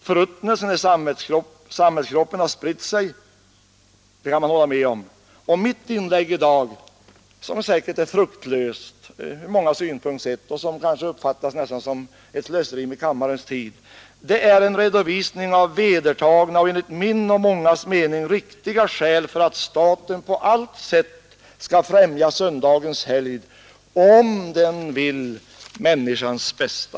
Förruttnelsen i samhällskroppen har spritt sig, det kan man hålla med om, och mitt inlägg i dag — som säkert är fruktlöst ur många synpunkter och som kan uppfattas nästan som ett slöseri med kammarens tid — är en redovisning av vedertagna och enligt min och mångas mening riktiga skäl för att staten på allt sätt skall främja söndagens helgd, om den vill människans bästa.